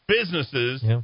businesses